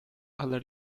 alla